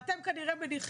זאת הפניה לאתר.